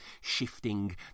shifting